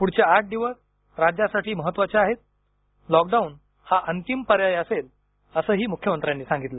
पुढचे आठ दिवस राज्यासाठी महत्त्वाचे आहेत लॉकडाऊन हा अंतिम पर्याय असेल असंही मुख्यमंत्र्यांनी सांगितलं